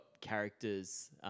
characters